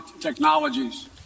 technologies